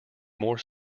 more